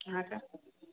अहाँके